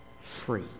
free